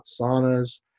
saunas